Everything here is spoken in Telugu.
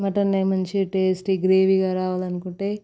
మటన్ మంచిగా టేస్టీగా గ్రేవీగా రావాలనుకుంటే